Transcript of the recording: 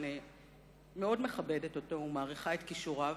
שאני מאוד מכבדת אותו ומעריכה את כישוריו,